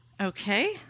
Okay